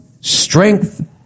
strength